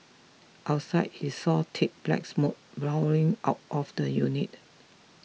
outside he saw thick black smoke billowing out of the unit